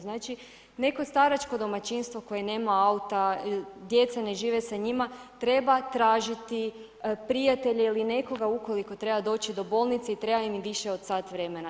Znači, neko staračko domaćinstvo koje nema auta, djeca ne žive sa njima, treba tražiti prijatelje ili nekoga ukoliko treba doći do bolnice i treba im više od sat vremena.